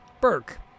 Burke